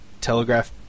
telegraph